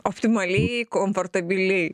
optimaliai komfortabiliai